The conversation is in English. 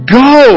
go